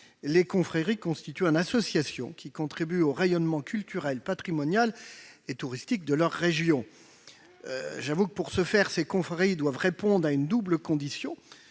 les confréries constituées en associations, qui contribuent au rayonnement culturel, patrimonial et touristique de leurs régions. Pour ce faire, ces confréries doivent répondre à une double condition